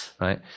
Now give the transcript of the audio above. right